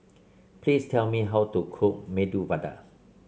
please tell me how to cook Medu Vada